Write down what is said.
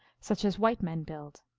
such as white men build.